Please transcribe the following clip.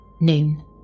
noon